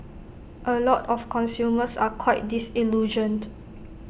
A lot of consumers are quite disillusioned